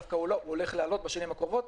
הוא דווקא הולך לעלות בשנים הקרובות.